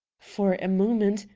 for a moment,